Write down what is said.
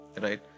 right